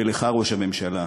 לך, ראש הממשלה,